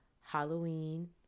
Halloween